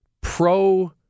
pro